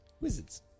Wizards